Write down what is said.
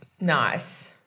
Nice